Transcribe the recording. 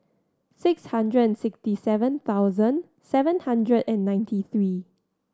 six hundred and sixty seven thousand seven hundred and ninety three